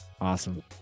Awesome